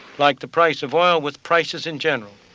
like the price of oil, with prices in general.